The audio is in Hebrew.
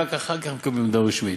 ורק אחר כך מקבלים עמדה רשמית.